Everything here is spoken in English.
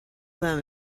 them